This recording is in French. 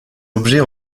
objets